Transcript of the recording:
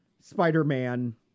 Spider-Man